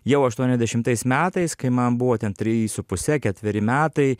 jau aštuoniasdešimtais metais kai man buvo ten treji su puse ketveri metai